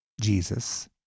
Jesus